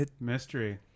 Mystery